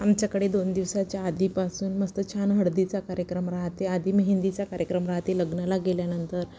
आमच्याकडे दोन दिवसाच्या आधीपासून मस्त छान हळदीचा कार्यक्रम राहते आधी मेहेंदीचा कार्यक्रम राहते लग्नाला गेल्यानंतर